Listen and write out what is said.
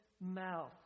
mouth